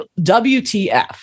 WTF